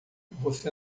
você